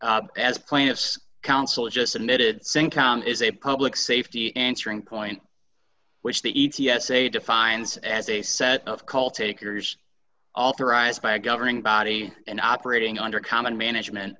as plaintiff's counsel just admitted cincom is a public safety answering point which the e t s say defines as a set of call takers authorized by a governing body and operating under common management